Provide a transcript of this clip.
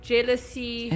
Jealousy